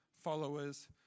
followers